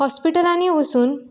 हाॅस्पिटलांनी वचून